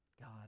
God